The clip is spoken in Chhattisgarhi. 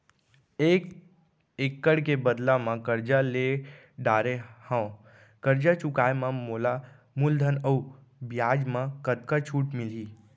एक एक्कड़ के बदला म करजा ले डारे हव, करजा चुकाए म मोला मूलधन अऊ बियाज म कतका छूट मिलही?